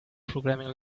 programming